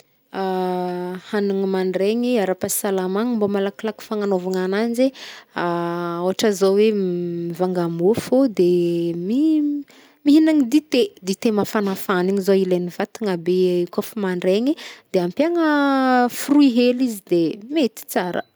Hagnigny mandraigny, ara-pahasalamagna mbô malakilaky fagnagnaovagna agnajy e, ôhatra zô hoe, m- mivanga mofo, mi- mihinan dite. Dite mafanafagna igny zao ilaign'ny vatagna be kôf mandreigny, de ampiagna fruit hely izy de mety tsara.